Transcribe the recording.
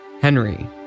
Henry